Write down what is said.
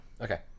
Okay